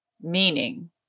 meaning